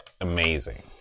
amazing